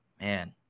man